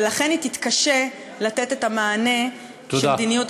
ולכן היא תתקשה לתת את המענה שמדיניות,